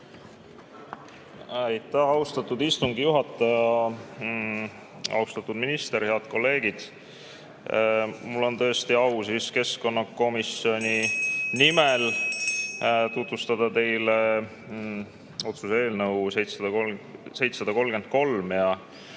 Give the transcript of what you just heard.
Aitäh, austatud istungi juhataja! Austatud minister! Head kolleegid! Mul on tõesti au keskkonnakomisjoni nimel tutvustada teile otsuse eelnõu 733